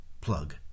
Plug